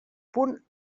punt